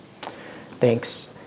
Thanks